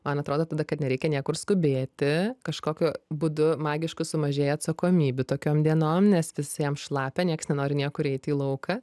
man atrodo tada kad nereikia niekur skubėti kažkokiu būdu magišku sumažėja atsakomybių tokiom dienom nes visiem šlapia nieks nenori niekur eiti į lauką